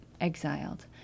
exiled